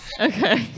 okay